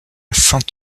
saint